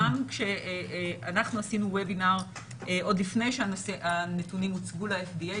גם כשאנחנו עשינו Webinar עוד לפני שהנתונים הוצגו ל-FDA,